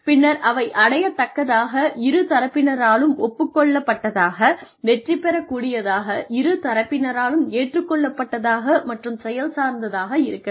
பின்னர் அவை அடையத் தக்கதாக இருதரப்பினராலும் ஒப்புக்கொள்ளப்பட்டதாக வெற்றி பெறக் கூடியதாக இரு தரப்பினராலும் ஏற்றுக்கொள்ளப்பட்டதாக மற்றும் செயல் சார்ந்ததாக இருக்க வேண்டும்